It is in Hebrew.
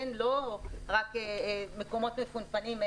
לא רק מקומות מפונפנים,